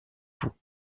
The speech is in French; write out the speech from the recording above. vous